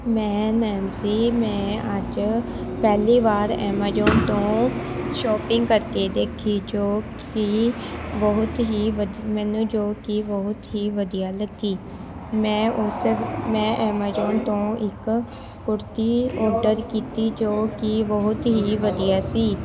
ਮੈਂ ਨੈਨਸੀ ਮੈਂ ਅੱਜ ਪਹਿਲੀ ਵਾਰ ਐਮਾਜ਼ੋਨ ਤੋਂ ਸ਼ੋਪਿੰਗ ਕਰਕੇ ਦੇਖੀ ਜੋ ਕਿ ਬਹੁਤ ਹੀ ਵਧੀ ਮੈਨੂੰ ਜੋ ਕਿ ਬਹੁਤ ਹੀ ਵਧੀਆ ਲੱਗੀ ਮੈਂ ਉਸ ਮੈਂ ਐਮਾਜ਼ੋਨ ਤੋਂ ਇੱਕ ਕੁੜਤੀ ਔਡਰ ਕੀਤੀ ਜੋ ਕਿ ਬਹੁਤ ਹੀ ਵਧੀਆ ਸੀ